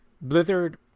Blizzard